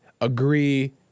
agree